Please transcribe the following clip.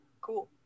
cool